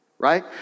right